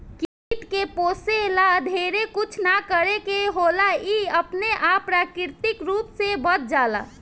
कीट के पोसे ला ढेरे कुछ ना करे के होला इ अपने आप प्राकृतिक रूप से बढ़ जाला